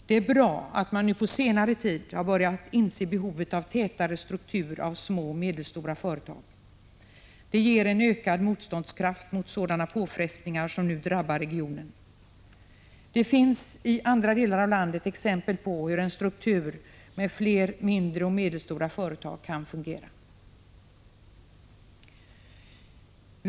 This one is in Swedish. Det är bra att man på senare tid har börjat inse behovet av en tätare struktur med små och medelstora företag. Det ger en ökad motståndskraft mot sådana påfrestningar som nu drabbar regionen. Det finns i andra delar av landet exempel på hur en struktur med flera mindre och medelstora företag kan fungera.